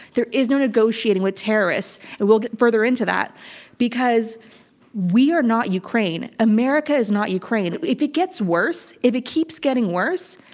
there is no negotiating with terrorists and we'll get further into that because we are not ukraine. america is not ukraine. if it gets worse, if it keeps getting worse,